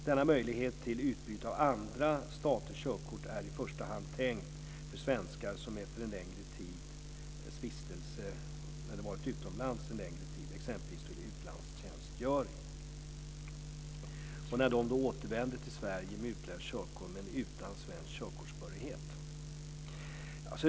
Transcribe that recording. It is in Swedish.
Denna möjlighet till utbyte av andra staters körkort är i första hand tänkt för svenskar som varit utomlands en längre tid, exempelvis vid utlandstjänstgöring, och när de då återvänder till Sverige med utländskt körkort men utan svensk körkortsbehörighet.